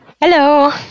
Hello